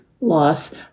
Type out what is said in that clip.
loss